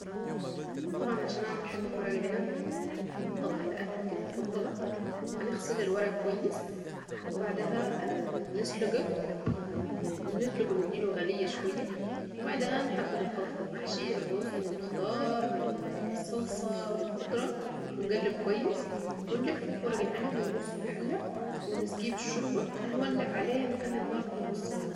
طبعا عشان اعمل حلة ورق عنب طبعا ده أكلتي المفضلة هنغسل الورق كويس وبعدها نسلقه ونديله غلية شوية وبعدها نحضر خلطة المحشي الرز والخضار الصلصة والخضرة ونقلب كويس ونلف ورق العنب ونرصه في حلة ونسقيه بالشوربة ونولع عليه نخلي النار متوسطة.